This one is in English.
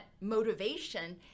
motivation